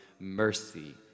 mercy